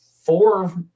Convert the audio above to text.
four